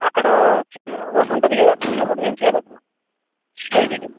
అక్కడ చెన్నూరు రూట్ ఉంటుంది కదా చెన్నూరు రూట్ తెలుసు కదా బ్రో స్ట్రైట్ ఇటు